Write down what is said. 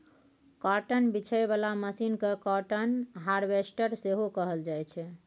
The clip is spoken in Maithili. काँटन बीछय बला मशीन केँ काँटन हार्वेस्टर सेहो कहल जाइ छै